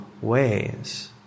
ways